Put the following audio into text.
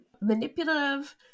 manipulative